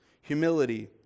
humility